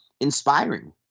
inspiring